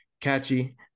catchy